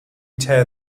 tear